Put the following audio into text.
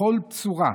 בכל צורה,